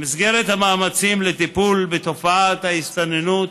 במסגרת המאמצים לטיפול בתופעת ההסתננות